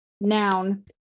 noun